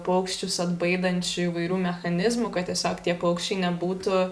paukščius atbaidančių įvairių mechanizmų kad tiesiog tie paukščiai nebūtų